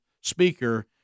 speaker